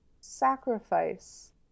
sacrifice